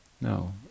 No